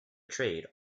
trade